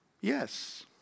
yes